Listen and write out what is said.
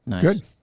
Good